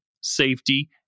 safety